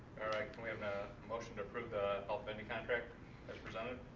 can we have a motion to approve the health vending contract as presented?